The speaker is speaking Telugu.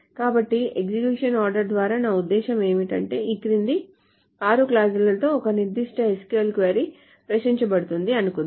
కాబట్టి ఎగ్జిక్యూషన్ ఆర్డర్ ద్వారా నా ఉద్దేశ్యం ఏమిటంటే ఈ క్రింది 6 క్లాజులతో ఒక నిర్దిష్ట SQL క్వరీ ప్రశ్నించబడుతుందని అనుకుందాం